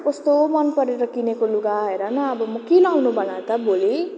कस्तो मन परेर किनेको लुगा हेर न अब म के लगाउनु भन त भोलि